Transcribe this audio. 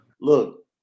look